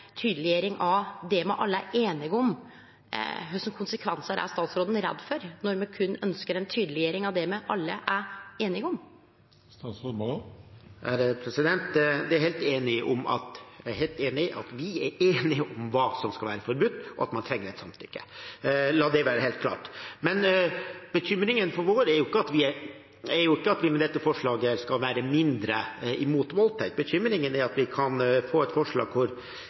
tydeleggjering av det me alle er einige om. Jeg er helt enig i at vi er enige om hva som skal være forbudt, og at man trenger et samtykke, la det være helt klart. Bekymringen vår er ikke at vi med dette forslaget skal være mindre imot voldtekt, bekymringen er at vi kan få et forslag